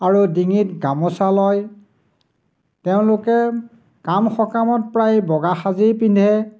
আৰু ডিঙিত গামোচা লয় তেওঁলোকে কাম সকামত প্ৰায় বগা সাজেই পিন্ধে